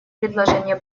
предложение